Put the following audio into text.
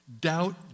Doubt